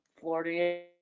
Florida